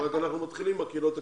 רק אנחנו מתחילים בקהילות הקטנות.